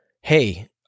hey